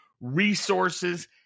resources